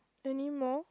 anymore